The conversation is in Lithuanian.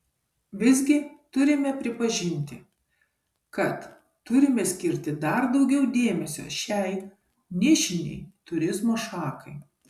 visgi turime pripažinti kad turime skirti dar daugiau dėmesio šiai nišinei turizmo šakai